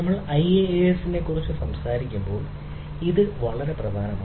നമ്മൾ IaaS നെക്കുറിച്ച് സംസാരിക്കുമ്പോൾ അത് വളരെ പ്രധാനമാണ്